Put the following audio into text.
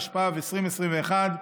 התשפ"ב 2021,